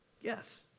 yes